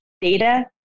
data